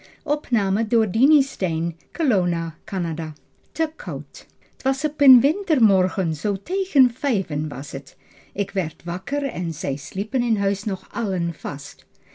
olonna canada te koud t was op een wintermorgen zoo tegen vijven was t k werd wakker en zij sliepen in huis nog allen vast